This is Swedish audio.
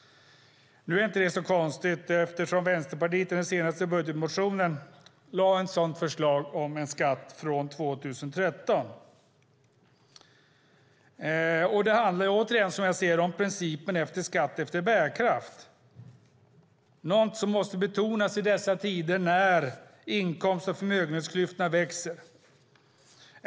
Det är inte så konstigt eftersom Vänsterpartiet i den senaste budgetmotionen lade fram ett förslag om en sådan skatt från 2013. Det handlar om principen om skatt efter bärkraft, något som måste betonas i dessa tider när inkomst och förmögenhetsklyftorna växer.